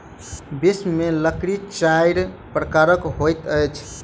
विश्व में लकड़ी चाइर प्रकारक होइत अछि